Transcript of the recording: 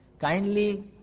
Kindly